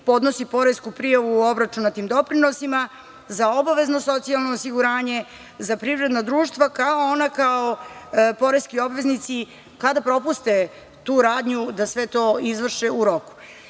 podnosi poresku prijavu o obračunatim doprinosima za obavezno socijalno osiguranje, za privredna društva, kao i poreski obveznici kada propuste tu radnju da sve to izvrše u roku.U